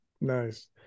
Nice